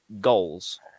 goals